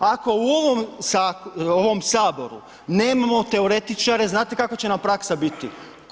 Ako u ovom HS nemamo teoretičare, znate kakva će nam praksa biti?